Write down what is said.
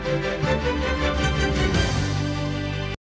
Дякую.